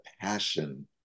passion